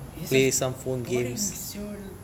it's just boring [siol]